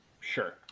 Sure